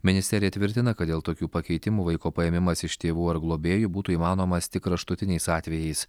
ministerija tvirtina kad dėl tokių pakeitimų vaiko paėmimas iš tėvų ar globėjų būtų įmanomas tik kraštutiniais atvejais